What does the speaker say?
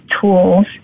tools